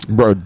Bro